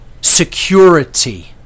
security